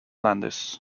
landis